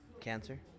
Cancer